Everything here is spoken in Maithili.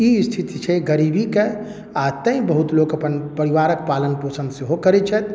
ई स्थिति छै गरीबीके आ तैँ बहुत लोक अपन परिवारक पालन पोषण सेहो करैत छथि